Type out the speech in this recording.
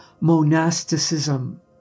monasticism